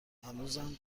هنوزم